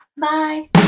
Bye